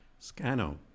Scano